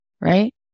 right